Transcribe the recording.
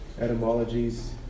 etymologies